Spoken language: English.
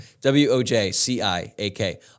W-O-J-C-I-A-K